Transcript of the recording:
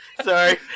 Sorry